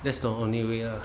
that's the only way lah